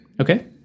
Okay